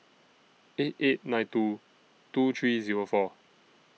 eight eight nine two two three Zero four